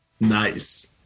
Nice